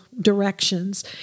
directions